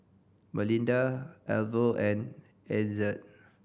Melinda Arvo and Ezzard